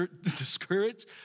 discouraged